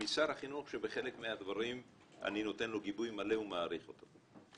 משר החינוך שבחלק מהדברים אני נותן לו גיבוי מלא ומעריך אותו.